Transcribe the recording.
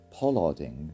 pollarding